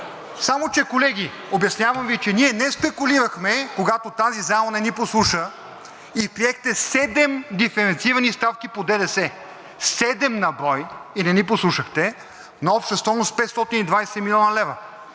Само че, колеги, обяснявам Ви, че ние не спекулирахме, когато тази зала не ни послуша, и приехте седем диференцирани ставки по ДДС – седем на брой, и не ни послушахте, на обща стойност 520 млн. лв.